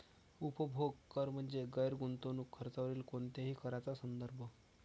उपभोग कर म्हणजे गैर गुंतवणूक खर्चावरील कोणत्याही कराचा संदर्भ